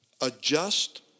adjust